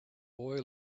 boy